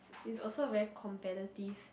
is also very competitive